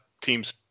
Teams